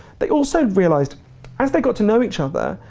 they also realised as they got to know each other,